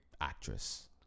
actress